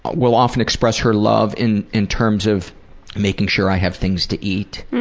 ah will often express her love in in terms of making sure i have things to eat,